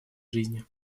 жизни